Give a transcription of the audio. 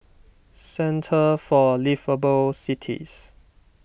Centre for Liveable Cities